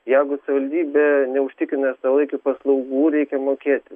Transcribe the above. jeigu savivaldybė neužtikrina savalaikių paslaugų reikia mokėti